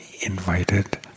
invited